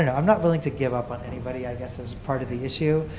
and i'm not willing to give up on anybody, i guess is part of the issue.